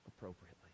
appropriately